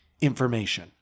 information